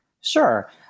Sure